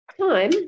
time